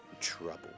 trouble